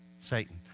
Satan